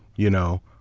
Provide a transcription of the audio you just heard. you know,